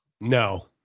No